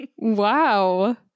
Wow